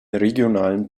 regionalen